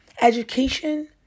education